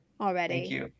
already